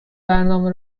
برنامه